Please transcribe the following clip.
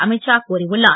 அமித் ஷா கூறியுள்ளார்